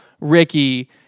ricky